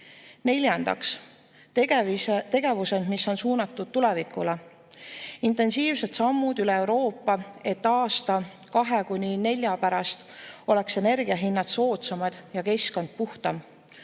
Neljandaks, tegevused, mis on suunatud tulevikule. Intensiivsed sammud üle Euroopa, et aasta või kahe kuni nelja aasta pärast oleks energiahinnad soodsamad ja keskkond puhtam,